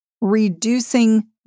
reducing